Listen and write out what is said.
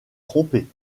trompée